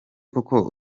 koko